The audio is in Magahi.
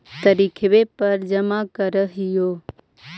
तरिखवे पर जमा करहिओ?